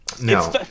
No